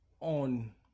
on